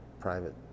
private